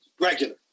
regular